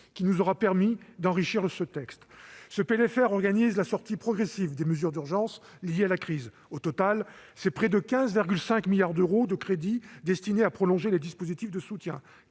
qui nous aura permis d'enrichir le texte. Ce PLFR organise la sortie progressive des mesures d'urgence liées à la crise. Au total, ce sont près de 15,5 milliards d'euros de crédits destinés à prolonger les dispositifs de soutien